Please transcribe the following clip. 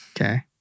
okay